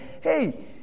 Hey